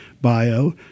bio